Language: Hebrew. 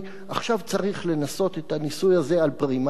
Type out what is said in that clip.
עכשיו צריך לנסות את הניסוי הזה על פרימטים,